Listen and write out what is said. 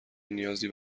نیازی